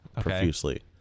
profusely